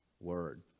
word